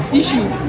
issues